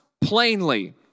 plainly